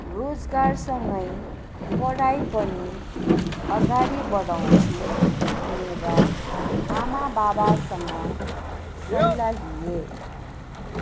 रोजगारसगैँ पढाइ पनि अगाडि बढाउँछु भनेर आमा बाबासँग सल्लाह लिएँ